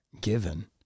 given